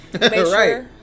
Right